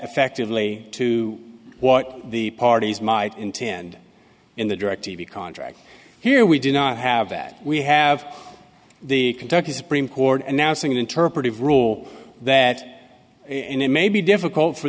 effectively to what the parties might intend in the direct t v contract here we do not have that we have the kentucky supreme court and now sing an interpretive rule that and it may be difficult for